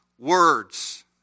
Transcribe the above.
Words